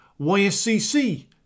YSCC